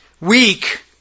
weak